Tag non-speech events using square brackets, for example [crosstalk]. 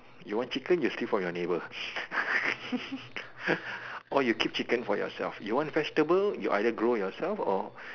you want chicken you steal from your neighbour [laughs] or you keep chicken for yourself you want vegetable you either grow yourself or